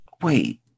Wait